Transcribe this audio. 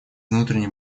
внутренней